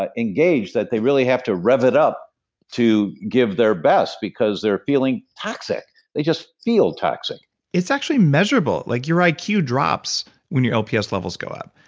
ah engaged, that they really have to rev it up to give their best, because they're feeling toxic. they just feel toxic it's actually measurable. like your like iq drops when your lps levels go up.